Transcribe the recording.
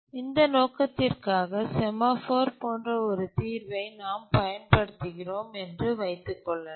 இந்த நோக்கத்திற்காக செமாஃபோர் போன்ற ஒரு தீர்வைப் நாம் பயன்படுத்துகிறோம் என்று வைத்து கொள்ளலாம்